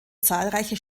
zahlreiche